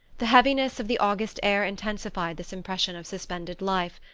the heaviness of the august air intensified this impression of suspended life.